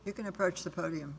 you can approach the podium